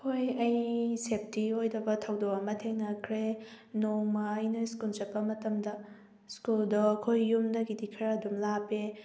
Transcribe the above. ꯍꯣꯏ ꯑꯩ ꯁꯦꯞꯇꯤ ꯑꯣꯏꯗꯕ ꯊꯧꯗꯣꯛ ꯑꯃ ꯊꯦꯡꯅꯈ꯭ꯔꯦ ꯅꯣꯡꯃ ꯑꯩꯅ ꯏꯁꯀꯨꯟ ꯆꯠꯄ ꯃꯇꯝꯗ ꯏꯁꯀꯨꯜꯗꯣ ꯑꯩꯈꯣꯏ ꯌꯨꯝꯗꯒꯤꯗꯤ ꯈꯔ ꯑꯗꯨꯝ ꯂꯥꯞꯄꯦ